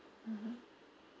mmhmm